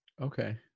Okay